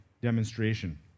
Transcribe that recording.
demonstration